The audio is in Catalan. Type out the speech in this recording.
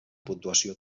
puntuació